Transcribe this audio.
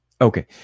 Okay